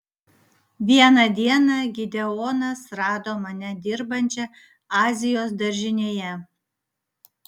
vieną dieną gideonas rado mane dirbančią azijos daržinėje